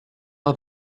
how